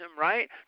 right